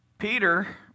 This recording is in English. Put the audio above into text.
Peter